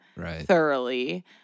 thoroughly